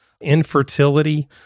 infertility